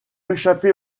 échapper